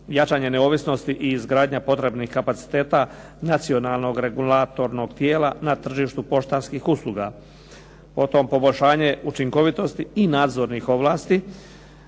jačanje neovisnosti i izgradnja potrebnih kapaciteta nacionalnog regulatornog tijela na tržištu poštanskih usluga. Potom poboljšanje učinkovitosti i nadzornih ovlasti,